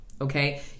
Okay